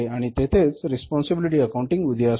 आणि येथेच responsibility accounting उदयास अली